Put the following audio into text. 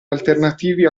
alternativi